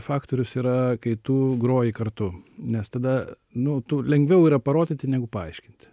faktorius yra kai tu groji kartu nes tada nu tu lengviau yra parodyti negu paaiškinti